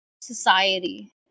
society